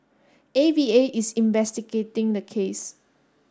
A V A is investigating the case